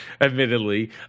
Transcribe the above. admittedly